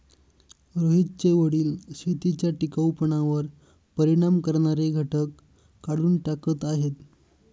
रोहितचे वडील शेतीच्या टिकाऊपणावर परिणाम करणारे घटक काढून टाकत आहेत